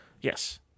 Yes